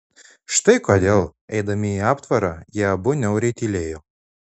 štai kodėl eidami į aptvarą jie abu niauriai tylėjo